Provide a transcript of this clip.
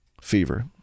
Fever